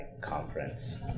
conference